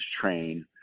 train